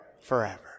forever